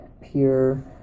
pure